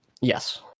Yes